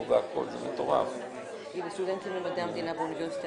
ה-15 והיא הראשונה מכיוון שהיא גם המקילה ביותר.